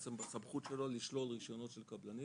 בעצם בסמכות שלו לשלול רישיונות של קבלנים,